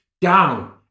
down